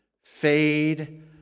fade